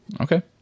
Okay